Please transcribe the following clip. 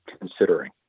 considering